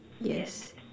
yes